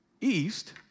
East